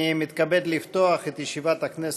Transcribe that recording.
מתכבד לפתוח את ישיבת הכנסת.